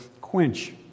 quench